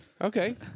Okay